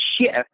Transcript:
shift